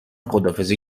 خداحافظی